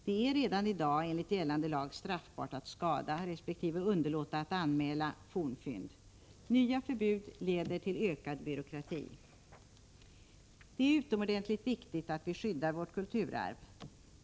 Det är redan i dag enligt gällande lag straffbart att skada resp. underlåta att anmäla fornfynd. Nya förbud leder till ökad byråkrati. Det är utomordentligt angeläget att vi skyddar vårt kulturarv.